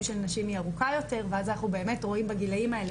של נשים היא ארוכה יותר ואז אנחנו באמת רואים בגילאים האלה,